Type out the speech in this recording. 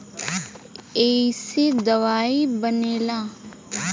ऐइसे दवाइयो बनेला